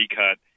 cut